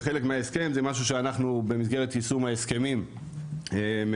זה חלק מההסכם זה משהו שאנחנו במסגרת יישום ההסכמים מבצעים,